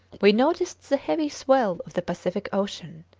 we noticed the heavy swell of the pacific ocean.